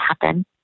happen